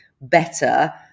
better